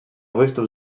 виступ